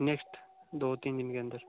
next दो तीन दिन के अंदर